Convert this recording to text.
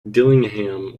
dillingham